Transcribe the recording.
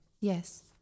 Yes